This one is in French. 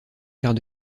quart